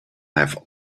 have